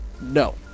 No